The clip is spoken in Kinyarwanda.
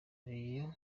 rayon